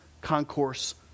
concourse